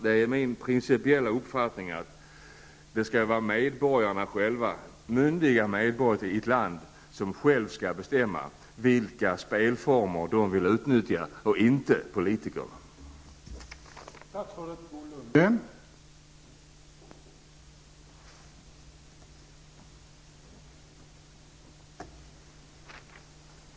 Det är min principiella uppfattning att myndiga medborgare i ett land själva skall få bestämma vilka spelformer de vill utnyttja. Det skall inte politikerna avgöra.